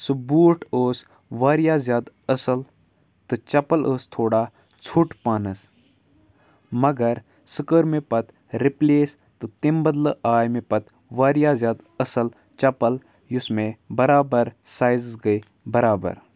سُہ بوٗٹ اوس واریاہ زیادٕ اَصٕل تہٕ چَپَل ٲس تھوڑا ژھوٚٹھ پَہنَس مگر سُہ کٔر مےٚ پَتہٕ رِپلیس تہٕ تَمہِ بَدلہٕ آے مےٚ پَتہٕ واریاہ زیادٕ اَصٕل چَپَل یُس مےٚ بَرابَر سایزَس گٔے بَرابَر